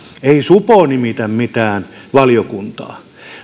ei supo nimitä mitään valiokuntaa